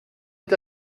est